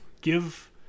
give